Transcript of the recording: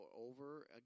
over